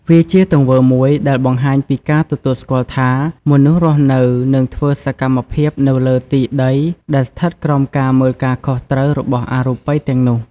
វាជាទង្វើមួយដែលបង្ហាញពីការទទួលស្គាល់ថា មនុស្សរស់នៅ និងធ្វើសកម្មភាពនៅលើទីដីដែលស្ថិតក្រោមការមើលការខុសត្រូវរបស់អរូបិយទាំងនោះ។